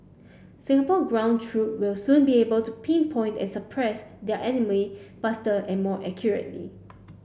Singapore ground troop will soon be able to pinpoint and suppress their enemy faster and more accurately